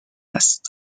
است